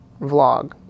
vlog